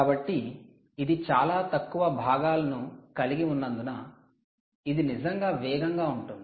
కాబట్టి ఇది చాలా తక్కువ భాగాలను కలిగి ఉన్నందున ఇది నిజంగా వేగంగా ఉంటుంది